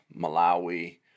Malawi